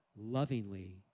lovingly